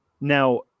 Now